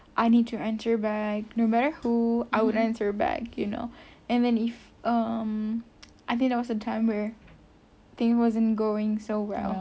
I need to answer back like no matter who I would answer back you know and then if um I think there was a time where things wasn't going so well